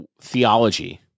Theology